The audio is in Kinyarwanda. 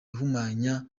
ihumanya